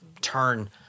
turn